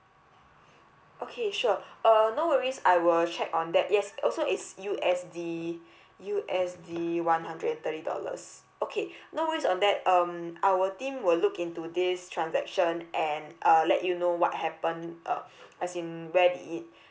okay sure uh no worries I will check on that yes also it's U_S_D U_S_D one hundred and thirty dollars okay no worries on that um our team will look into this transaction and uh let you know what happened uh as in where did it